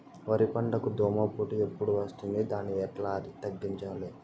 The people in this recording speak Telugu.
వరి పంటకు దోమపోటు ఎప్పుడు వస్తుంది దాన్ని ఎట్లా తగ్గించాలి?